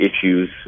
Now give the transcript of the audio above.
issues